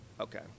Okay